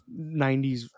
90s